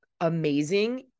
amazing